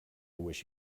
wish